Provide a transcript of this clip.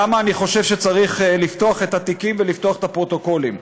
למה אני חושב שצריך לפתוח את התיקים ולפתוח את הפרוטוקולים.